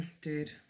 dude